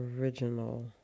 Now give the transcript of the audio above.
original